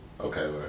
Okay